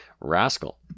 Rascal